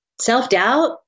self-doubt